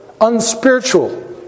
unspiritual